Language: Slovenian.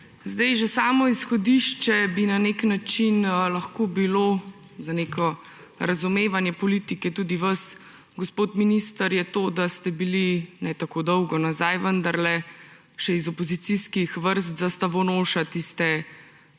skupaj! Že samo izhodišče bi na nek način lahko bilo, za neko razumevanje politike, tudi vas, gospod minister, je to, da ste bili ne tako dolgo nazaj, vendarle še iz opozicijskih vrst zastavonoša tiste ustavne